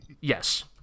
Yes